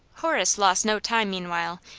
horace lost no time, meanwhile,